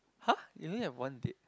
!huh! you only had one date